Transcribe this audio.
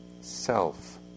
self